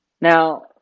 Now